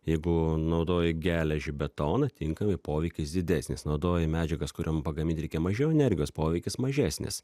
jeigu naudoji geležį betoną tinkamai poveikis didesnis naudoji medžiagas kuriom pagamint reikia mažiau energijos poveikis mažesnis